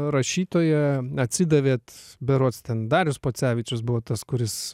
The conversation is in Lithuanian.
rašytoja atsidavėt berods ten darius pocevičius buvo tas kuris